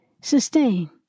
Sustain